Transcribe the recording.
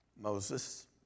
Moses